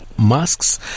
Masks